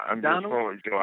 Donald